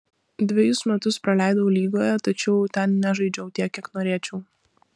dvejus metus praleidau lygoje tačiau ten nežaidžiau tiek kiek norėčiau